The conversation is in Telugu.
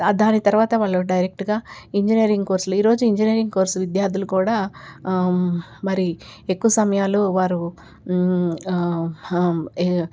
దాని తరువాత వాళ్ళు డైరెక్టుగా ఇంజనీరింగ్ కోర్సులు ఈరోజు ఇంజనీరింగ్ కోర్స్ విద్యార్థులు కూడా మరీ ఎక్కువ సమయాలు వారు